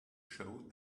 show